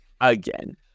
again